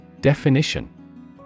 Definition